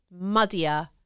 muddier